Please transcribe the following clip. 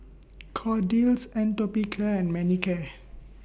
Kordel's Atopiclair and Manicare